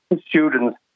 students